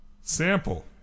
Sample